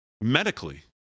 medically